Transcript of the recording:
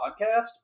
podcast